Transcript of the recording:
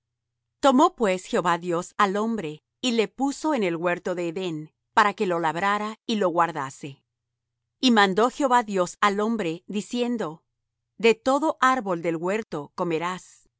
tomó pues jehová dios al hombre y le puso en el huerto de edén para que lo labrara y lo guardase y mandó jehová dios al hombre diciendo de todo árbol del huerto comerás